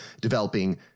developing